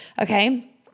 okay